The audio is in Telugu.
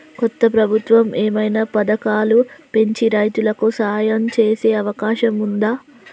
కొత్త ప్రభుత్వం ఏమైనా పథకాలు పెంచి రైతులకు సాయం చేసే అవకాశం ఉందా?